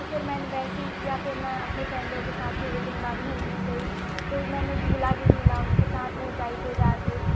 तो फ़िर मैंने वैसे ही किया फ़िर मैं अपने फ्रेंडों के साथ थोड़े दिन बाद घूमने गई तो मैंने झूला भी झूला उनके साथ ऊँचाई पर जाकर